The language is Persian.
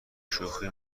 شوخی